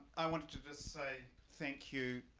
i wanted to just say thank you